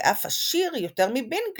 ואף עשיר יותר מבינגלי,